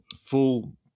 full